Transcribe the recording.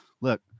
look